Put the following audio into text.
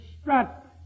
strut